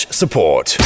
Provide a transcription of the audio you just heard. support